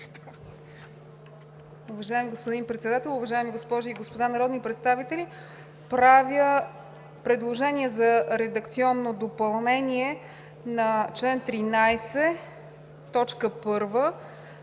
Уважаеми господин Председател, уважаеми госпожи и господа народни представители! Правя предложение за редакция в чл. 18. ал. 1, т.